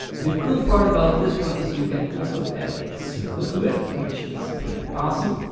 the cool part about this one is you can also add a circle to it, which is pretty awesome.